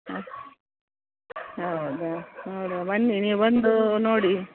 ಹಾಂ ಹೌದಾ ನೋಡುವ ಬನ್ನಿ ನೀವು ಬಂದು ನೋಡಿ